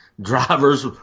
driver's